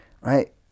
right